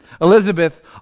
Elizabeth